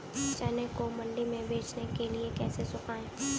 चने को मंडी में बेचने के लिए कैसे सुखाएँ?